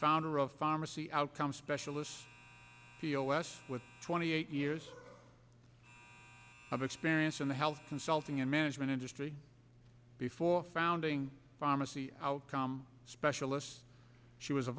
founder of pharmacy outcome specialists t o s with twenty eight years of experience in the health consulting and management industry before founding pharmacy outcome specialist she was a